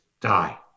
die